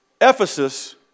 Ephesus